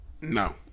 No